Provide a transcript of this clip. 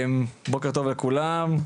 בוקר טוב לכולם,